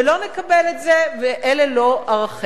ולא נקבל את זה ואלה לא ערכינו.